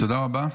תודה רבה.